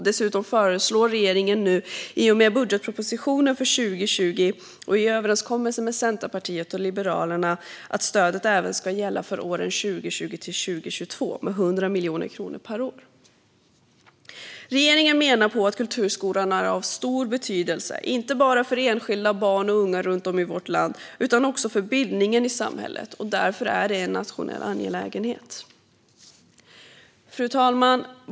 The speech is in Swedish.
Dessutom föreslår regeringen nu, i och med budgetpropositionen för 2020 och i överenskommelse med Centerpartiet och Liberalerna, att stödet även ska gälla för åren 2020-2022 med 100 miljoner kronor per år. Regeringen menar att kulturskolan är av stor betydelse, inte bara för enskilda barn och unga runt om i vårt land utan också för bildningen i samhället. Därför är den en nationell angelägenhet. Fru talman!